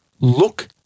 look